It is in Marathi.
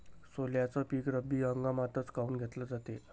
सोल्याचं पीक रब्बी हंगामातच काऊन घेतलं जाते?